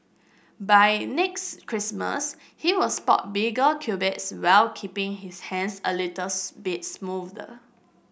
by next Christmas he will spot bigger biceps while keeping his hands a little spit smoother